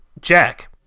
Jack